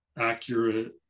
accurate